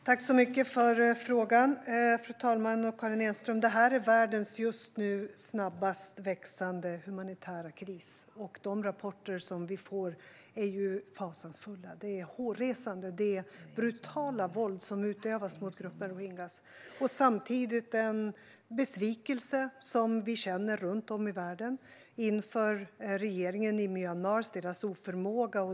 Fru talman! Jag tackar Karin Enström för frågan. Detta är världens just nu snabbast växande humanitära kris. De rapporter som vi får är fasansfulla och hårresande om det brutala våld som utövas mot folkgruppen rohingya. Samtidigt känner vi en besvikelse runt om i världen inför regeringen i Myanmar och deras oförmåga.